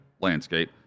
landscape